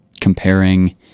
Comparing